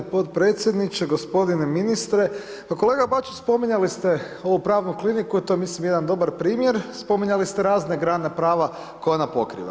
Hvala gospodine podpredsjedniče, gospodine ministre, pa kolega Bačić spominjali ste ovu pravnu kliniku i to je mislim jedan dobar primjer, spominjali ste razne grane prava koje ona pokriva.